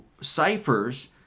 ciphers